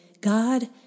God